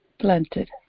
planted